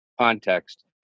context